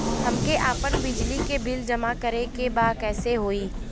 हमके आपन बिजली के बिल जमा करे के बा कैसे होई?